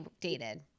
dated